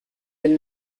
elle